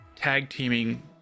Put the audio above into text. tag-teaming